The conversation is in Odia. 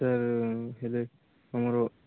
ସାର୍ ହେଲେ ଆମର